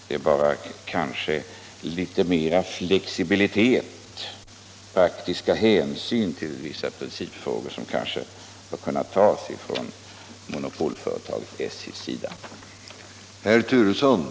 Det gäller kanske bara att litet mera flexibilitet skulle kunna visas och litet mera praktiska hänsyn till vissa principfrågor tas av monopolföretaget SJ.